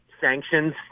sanctions